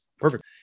Perfect